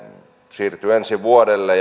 siirtyy ensi vuodelle